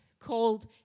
called